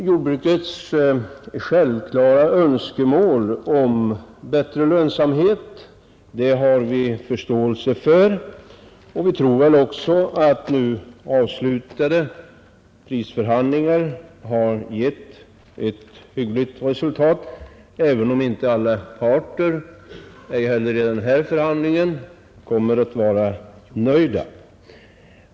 Jordbrukets självklara önskemål om bättre lönsamhet har vi förståelse för, och vi tror också att nu avslutade prisförhandlingar har givit ett hyggligt resultat, även om inte alla parter i den här förhandlingen heller kommer att vara nöjda.